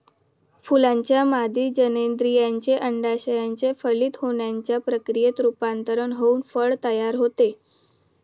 फुलाच्या मादी जननेंद्रियाचे, अंडाशयाचे फलित होण्याच्या प्रक्रियेत रूपांतर होऊन फळ तयार होते